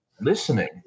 listening